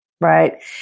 right